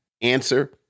answer